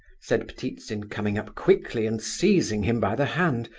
said ptitsin, coming up quickly and seizing him by the hand.